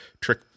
trick